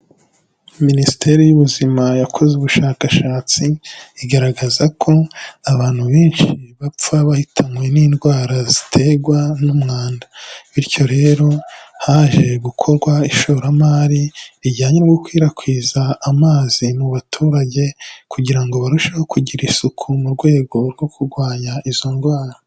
Minisiteri y'ubuzima yakoze ubushakashatsi igaragaza ko abantu benshi bapfa bahitanywe n'indwara ziterwa n'umwanda, bityo rero haje gukorwa ishoramari rijyanye no gukwirakwiza amazi mu baturage kugira ngo barusheho kugira isuku mu rwego rwo kurwanya izo ndwara.